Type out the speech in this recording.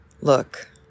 look